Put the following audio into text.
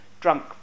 drunk